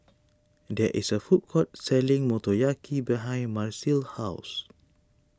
there is a food court selling Motoyaki behind Marceline's house